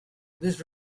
this